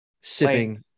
sipping